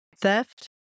Theft